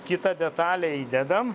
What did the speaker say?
kitą detalę įdedam